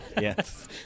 Yes